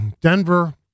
Denver